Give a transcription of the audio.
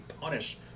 punish